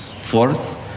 Fourth